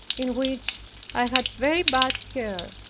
in which i had very bad care,